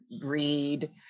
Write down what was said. read